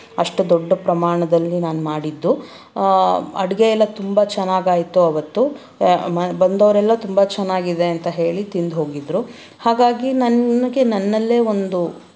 ಅಷ್ಟು ದೊಡ್ಡ ಪ್ರಮಾಣದಲ್ಲಿ ನಾನು ಮಾಡಿದ್ದು ಅಡುಗೆ ಎಲ್ಲ ತುಂಬ ಚೆನ್ನಾಗಿ ಆಯಿತು ಆವತ್ತು ಬಂದವರೆಲ್ಲ ತುಂಬ ಚೆನ್ನಾಗಿದೆ ಅಂತ ಹೇಳಿ ತಿಂದು ಹೋಗಿದ್ರು ಹಾಗಾಗಿ ನನಗೆ ನನ್ನಲ್ಲೇ ಒಂದು